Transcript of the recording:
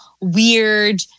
weird